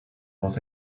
was